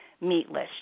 meatless